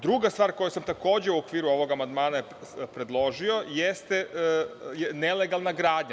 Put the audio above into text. Druga stvar, koju sam takođe u okviru ovog amandmana predložio jeste nelegalna gradnja.